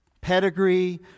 pedigree